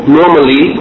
normally